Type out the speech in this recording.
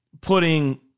putting